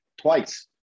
twice